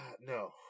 no